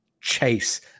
chase